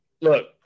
Look